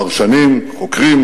פרשנים, חוקרים,